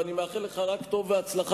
ואני מאחל לך רק טוב והצלחה,